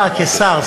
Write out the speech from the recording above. אה, כשר.